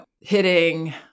hitting